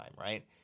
right